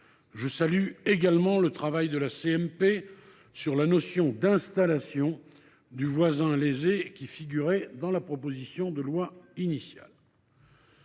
Je salue également le travail de la CMP sur la notion d’installation du voisin lésé, qui figurait dans la proposition de loi initiale.